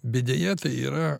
bet deja tai yra